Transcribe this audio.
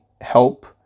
help